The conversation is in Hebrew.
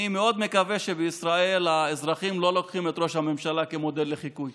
אני מאוד מקווה שבישראל האזרחים לא לוקחים את ראש הממשלה כמודל לחיקוי,